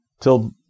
till